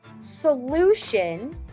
solution